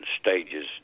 stages